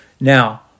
Now